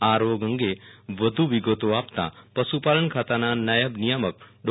આ રોગ અંગે વધુ વિગતો આપતાં પશુપાલન ખાતાના નાયબ નિયામક ડો